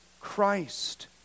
Christ